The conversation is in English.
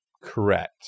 Correct